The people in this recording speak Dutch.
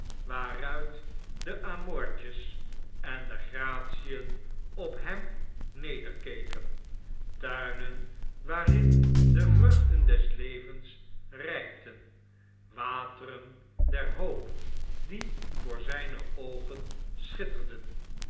waaruit de amortjes en de gratien op hem nederkeken tuinen waarin de vruchten des levens rjjpten wateren der hoop die voor zyne oogen schitterden